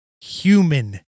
human